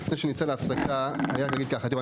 לפני שנצא להפסקה אני רק אגיד ככה: תראו,